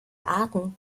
arten